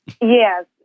Yes